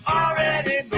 already